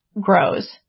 grows